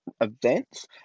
events